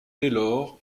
taylor